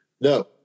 No